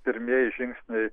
pirmieji žingsniai